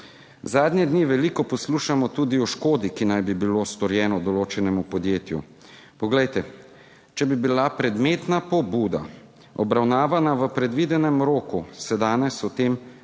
Zadnje dni veliko poslušamo tudi o škodi, ki naj bi bilo storjeno določenemu podjetju. Poglejte, če bi bila predmetna pobuda obravnavana v predvidenem roku, se danes o tem ne bi